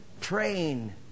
train